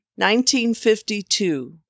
1952